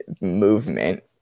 movement